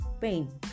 pain